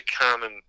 common